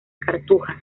cartuja